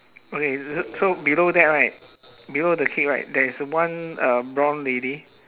okay so so below that right below the kid right there is one uh brown lady